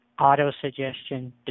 auto-suggestion